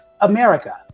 America